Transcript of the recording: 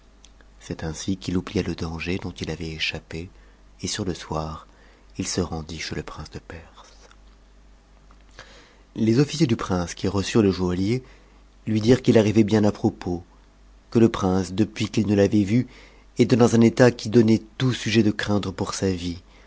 c'est ainsi qu'il oublia le danger dont il avait échappe et sur le soir il se rendit chez le prince de perse les officiers du prince qui reçurent le joaillier lui dirent qu'il arrivait bten à propos que le prince depuis qu'il ne l'avait vu était dans un état qui donnait tout sujet de craindre pour sa vie